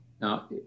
Now